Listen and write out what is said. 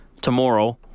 tomorrow